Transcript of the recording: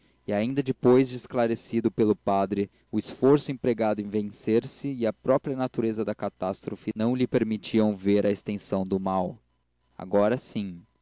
e ainda depois de esclarecido pelo padre o esforço empregado em vencer-se e a própria natureza da catástrofe não lhe permitiram ver a extensão do mal agora sim